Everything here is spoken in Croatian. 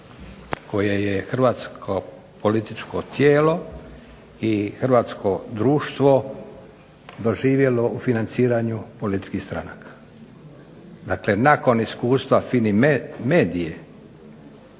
hrvatsko političko tijelo i hrvatsko društvo doživjelo u financiranju političkih stranaka. Dakle, nakon iskustva FIMI medije